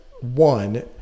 one